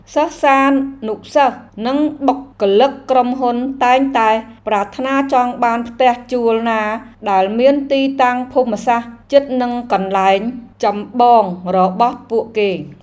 សិស្សានុសិស្សនិងបុគ្គលិកក្រុមហ៊ុនតែងតែប្រាថ្នាចង់បានផ្ទះជួលណាដែលមានទីតាំងភូមិសាស្ត្រជិតនឹងកន្លែងចម្បងរបស់ពួកគេ។